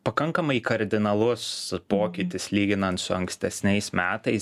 pakankamai kardinalus pokytis lyginant su ankstesniais metais